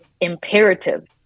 imperative